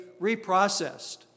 reprocessed